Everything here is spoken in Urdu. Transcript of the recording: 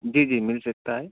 جی جی مل سکتا ہے